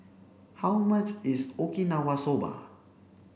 how much is okinawa soba